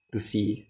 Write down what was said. to see